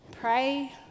pray